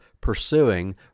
pursuing